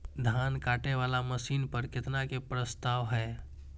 धान काटे वाला मशीन पर केतना के प्रस्ताव हय?